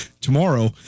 tomorrow